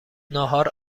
ناهار